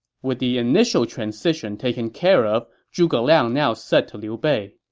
with the initial transition taken care of, zhuge liang now said to liu bei,